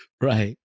Right